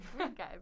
Okay